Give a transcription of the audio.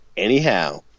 Anyhow